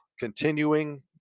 Continuing